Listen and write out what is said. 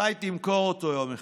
אולי תמכור אותו יום אחד.